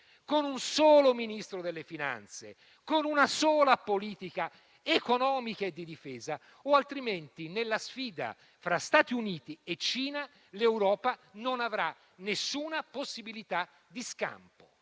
con un solo Ministro delle finanze e un'unica politica economica e di difesa, o altrimenti, nella sfida fra Stati Uniti e Cina, l'Europa non avrà alcuna possibilità di scampo.